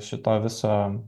šito viso